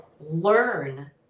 learn